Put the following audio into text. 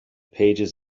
pages